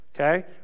Okay